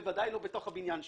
בוודאי לא בתוך הבניין שלו.